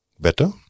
better